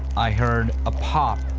i heard a pop,